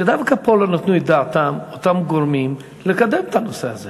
שדווקא פה לא נתנו את דעתם אותם גורמים לקדם את הנושא הזה.